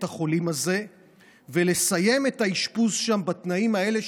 החולים הזה ולסיים את האשפוז שם בתנאים האלה,